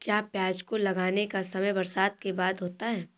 क्या प्याज को लगाने का समय बरसात के बाद होता है?